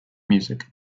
music